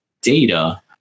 data